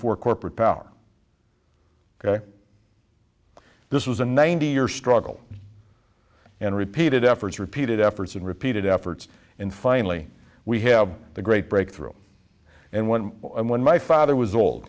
for corporate power ok this was a ninety year struggle and repeated efforts repeated efforts and repeated efforts and finally we have the great breakthrough and once when my father was old